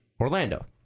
Orlando